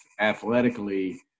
athletically